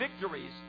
victories